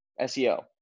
SEO